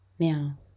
Now